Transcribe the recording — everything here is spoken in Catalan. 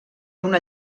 una